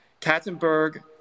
katzenberg